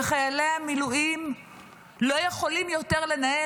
וחיילי המילואים לא יכולים יותר לנהל